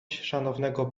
szanownego